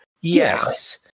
Yes